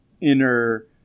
inner